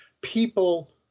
people